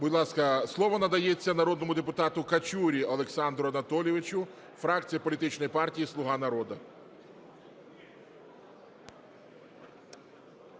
Будь ласка, слово надається народному депутату Качурі Олександру Анатолійовичу, фракція політичної партії "Слуга народу".